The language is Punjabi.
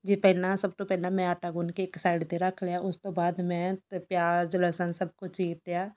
ਜੇ ਪਹਿਲਾਂ ਸਭ ਤੋਂ ਪਹਿਲਾਂ ਮੈਂ ਆਟਾ ਗੁੰਨ ਕੇ ਇੱਕ ਸਾਈਡ 'ਤੇ ਰੱਖ ਲਿਆ ਉਸ ਤੋਂ ਬਾਅਦ ਮੈਂ ਪਿਆਜ਼ ਲਸਣ ਸਭ ਕੁਝ ਚੀਰ ਲਿਆ